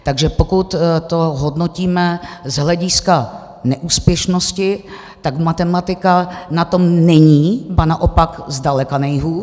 Takže pokud to hodnotíme z hlediska neúspěšnosti, tak matematika na tom není zdaleka nejhůř.